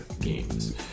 games